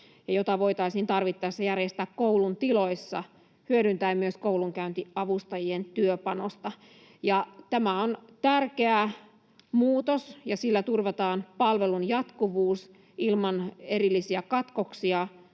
jota voitaisiin tarvittaessa järjestää koulun tiloissa hyödyntäen myös koulunkäyntiavustajien työpanosta. Tämä on tärkeä muutos, ja sillä turvataan palvelun jatkuvuus ilman erillisiä katkoksia